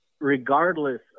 regardless